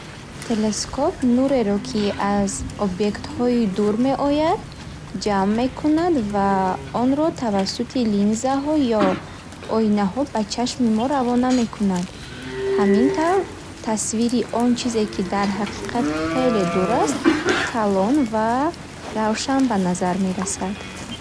Телескоп нуреро, ки аз объектҳои дур меояд, ҷамъ мекунад ва онро тавассути линзаҳо ё оинаҳо ба чашми мо равона мекунад. Ҳамин тавр, тасвири он чизе ки дар ҳақиқат хеле дур аст, калон ва равшан ба назар мерасад.